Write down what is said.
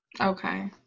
okay